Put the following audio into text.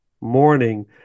morning